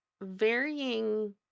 varying